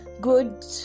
good